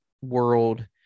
world